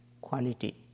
quality